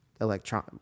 electron